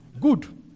Good